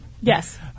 Yes